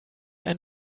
ein